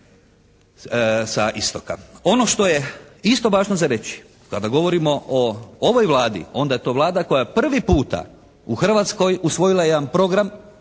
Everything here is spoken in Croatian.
sa istoka. Ono što je isto važno za reći kada govorimo o ovoj Vladi onda je to Vlada koja je prvi puta u Hrvatskoj usvojila jedan program